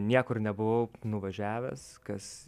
niekur nebuvau nuvažiavęs kas